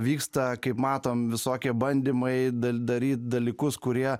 vyksta kaip matom visokie bandymai dal daryt dalykus kurie